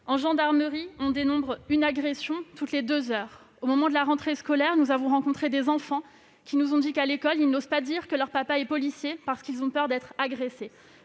de gendarmerie, on dénombre une agression toutes les deux heures. Au moment de la rentrée scolaire, nous avons rencontré des enfants qui nous ont expliqué que, à l'école, ils n'osent pas dire que leur père est policier, par peur d'être agressés